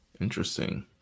Interesting